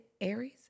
Aries